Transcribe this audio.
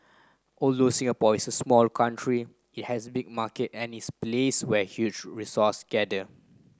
although Singapore is a small country it has big market and its place where huge resource gather